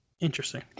interesting